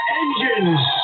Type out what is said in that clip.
engines